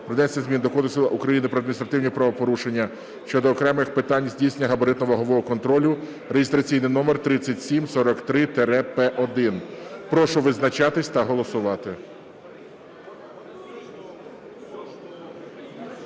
внесення змін до Кодексу України про адміністративні правопорушення щодо окремих питань здійснення габаритно-вагового контролю (реєстраційний номер 3743-П1). Прошу визначатись та голосувати.